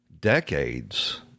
decades